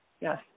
yes